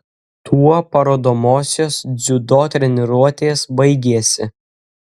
tuo parodomosios dziudo treniruotės baigėsi